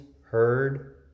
Heard